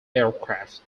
aircraft